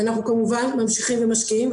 אנחנו כמובן ממשיכים ומשקיעים.